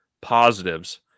positives